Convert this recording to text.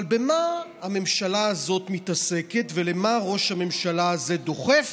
אבל במה הממשלה הזאת מתעסקת ולמה ראש הממשלה הזה דוחף?